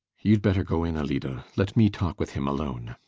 you'd better go in, ellida. let me talk with him alone.